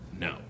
No